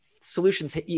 solutions